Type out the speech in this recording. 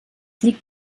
liegt